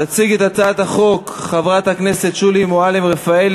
תציג את הצעת החוק חברת הכנסת שולי מועלם-רפאלי,